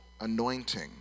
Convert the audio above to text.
anointing